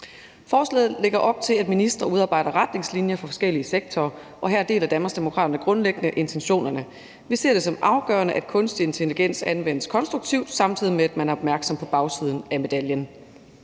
Forslaget lægger op til, at ministre udarbejder retningslinjer for forskellige sektorer, og her deler Danmarksdemokraterne grundlæggende intentionerne. Vi ser det som afgørende, at kunstig intelligens anvendes konstruktivt, samtidig med at man er opmærksom på bagsiden af medaljen.